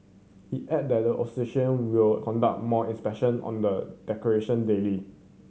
he added that the association will conduct more inspection on the decoration daily